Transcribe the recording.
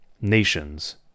nations